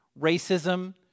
racism